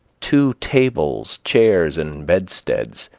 to tables, chairs, and bedsteads